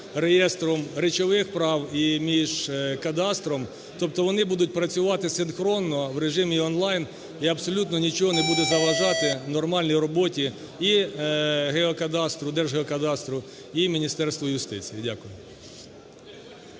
реєстром речових прав і між кадастром. Тобто вони будуть працювати синхронно в режимі он-лайн і абсолютно нічого не буде заважити нормальній роботі і геокадастру, Держгеокадастру, і Міністерству юстиції. Дякую.